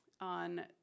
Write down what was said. on